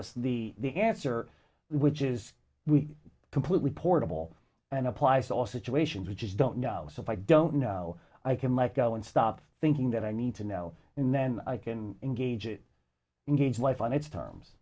us the the answer which is we completely portable and applies to all situations which is don't know so i don't know i can let go and stop thinking that i need to know in then i can engage it engage life on its terms